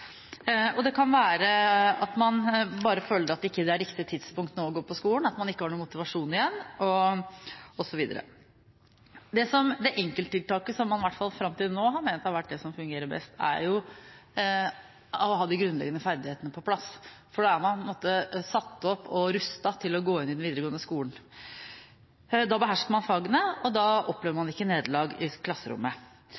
og det kan være at man bare føler at nå ikke er det riktige tidspunkt å gå på skolen, at man ikke har noe motivasjon igjen, osv. Det enkelttiltaket som man i hvert fall fram til nå har ment har vært det som fungerer best, er å ha de grunnleggende ferdighetene på plass, for da er man satt opp og rustet til å gå inn i den videregående skolen. Da behersker man fagene, og da opplever man ikke nederlag i klasserommet.